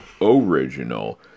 original